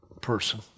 person